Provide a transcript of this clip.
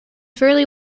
fairly